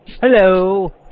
Hello